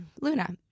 Luna